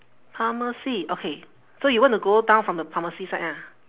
pharmacy okay so you want to go down from the pharmacy side ah